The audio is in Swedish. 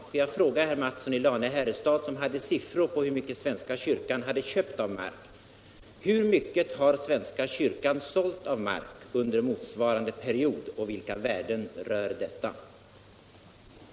Får jag fråga herr Mattsson i Lane-Herrestad, som hade siffror på hur mycket mark svenska kyrkan köpt, hur mycket mark svenska kyrkan har sålt under motsvarande period och vilka värden detta rör.